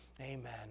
amen